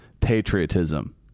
patriotism